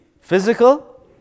Physical